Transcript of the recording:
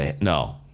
No